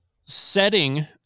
setting